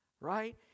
Right